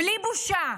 בלי בושה.